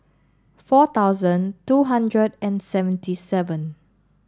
four thousand two hundred and seventy seven